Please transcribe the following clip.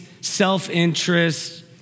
self-interest